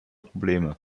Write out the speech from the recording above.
probleme